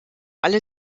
alle